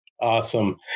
Awesome